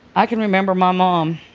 i can remember my mom.